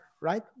right